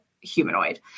humanoid